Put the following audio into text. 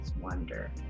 wonder